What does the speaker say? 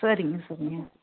சரிங்க சரிங்க